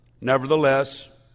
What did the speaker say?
Nevertheless